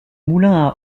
moulins